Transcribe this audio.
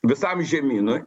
visam žemynui